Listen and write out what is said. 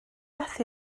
beth